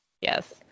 Yes